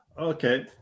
Okay